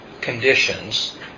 conditions